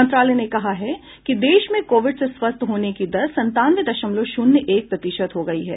मंत्रालय का कहना है कि देश में कोविड से स्वस्थ होने की दर संतानवे दशमलव शून्य एक प्रतिशत हो गई है